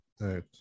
Right